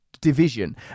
division